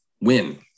win